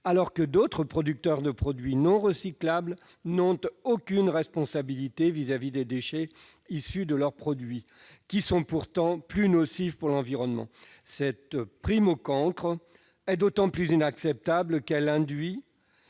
quand les producteurs de produits non recyclables n'ont aucune responsabilité vis-à-vis des déchets issus de leurs produits, pourtant plus nocifs pour l'environnement. Cette prime au cancre est d'autant plus inacceptable qu'elle conduit